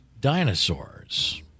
dinosaurs